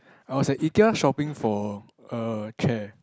I was at Ikea shopping for a chair